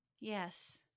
Yes